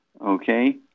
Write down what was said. Okay